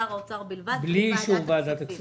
שר האוצר בלבד בלי אישור ועדת הכספים.